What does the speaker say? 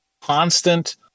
constant